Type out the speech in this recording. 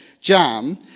jam